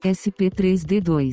sp3d2